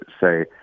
say